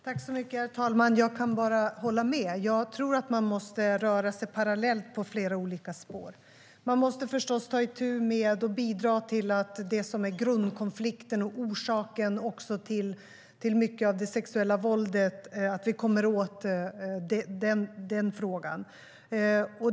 Herr talman! Jag kan bara hålla med. Jag tror att man måste röra sig parallellt på flera olika spår. Man måste förstås ta itu med och bidra till att vi kommer åt det som är grundkonflikten och orsaken till mycket av det sexuella våldet.